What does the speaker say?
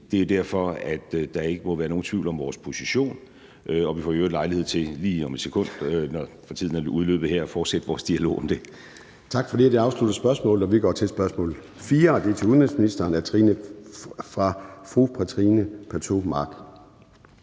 det er derfor, der ikke må være nogen tvivl om vores position. Vi får i øvrigt lejlighed til lige om et sekund, for tiden er udløbet her, at fortsætte vores dialog om det. Kl. 13:20 Formanden (Søren Gade): Tak for det. Det afsluttede spørgsmålet. Vi går til spørgsmål nr. 4, og det er til udenrigsministeren af fru Trine Pertou Mach.